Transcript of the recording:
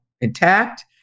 intact